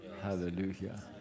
Hallelujah